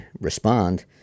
respond